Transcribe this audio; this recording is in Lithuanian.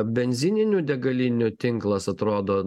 benzininių degalinių tinklas atrodo